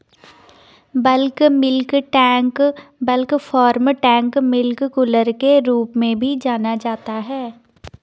bulk milk tank bulk farm tank milk cooler के रूप में भी जाना जाता है,